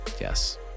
Yes